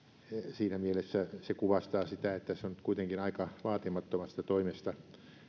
siinä mielessä se kuvastaa sitä että tässä on kuitenkin aika vaatimattomasta toimesta